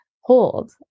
hold